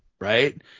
right